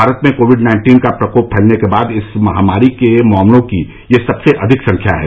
भारत में covid nineteen का प्रकोप फैलने के बाद इस महामारी के मामलों की यह सबसे अधिक संख्या है